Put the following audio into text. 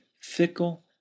fickle